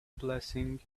blessing